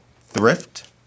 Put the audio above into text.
Thrift